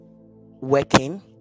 working